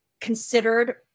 considered